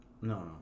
No